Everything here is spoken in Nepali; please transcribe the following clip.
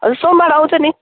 अब सोमवार आउँछ नि